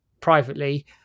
privately